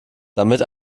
damit